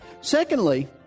Secondly